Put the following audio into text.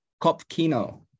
Kopkino